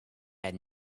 had